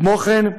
כמו כן,